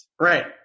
Right